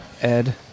Ed